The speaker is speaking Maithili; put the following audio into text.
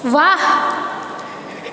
वाह